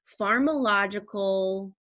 pharmacological